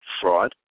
fraud